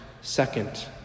second